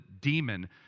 demon